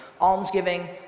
almsgiving